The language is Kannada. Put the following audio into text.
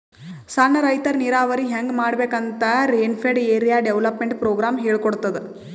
ಸಣ್ಣ್ ರೈತರ್ ನೀರಾವರಿ ಹೆಂಗ್ ಮಾಡ್ಬೇಕ್ ಅಂತ್ ರೇನ್ಫೆಡ್ ಏರಿಯಾ ಡೆವಲಪ್ಮೆಂಟ್ ಪ್ರೋಗ್ರಾಮ್ ಹೇಳ್ಕೊಡ್ತಾದ್